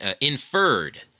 inferred